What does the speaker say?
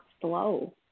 slow